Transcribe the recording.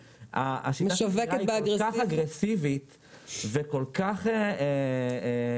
השיטה שלהם כל כך אגרסיבית וכל כך חמקמקה,